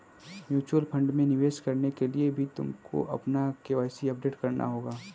mutual fund में निवेश करने के लिए भी तुमको अपना के.वाई.सी अपडेट कराना होगा